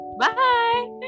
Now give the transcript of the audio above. Bye